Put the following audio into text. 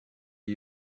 are